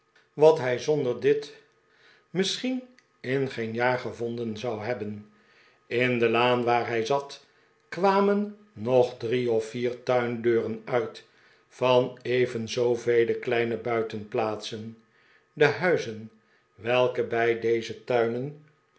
wat hij zonder dit misschien in geen jaar gevonden zou hebben in de laan waar hij zat kwamen nog drie of vier tuindeuren uit van even zoovele kleine buitenplaatsen de huizen welke bij deze tuinen